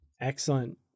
Excellent